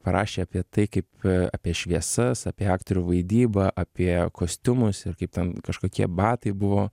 parašė apie tai kaip apie šviesas apie aktorių vaidybą apie kostiumus ir kaip ten kažkokie batai buvo